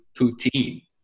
poutine